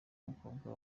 mukobwa